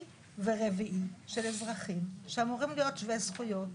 ורביעי של אזרחים שאמורים להיות שווי זכויות.